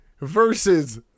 Versus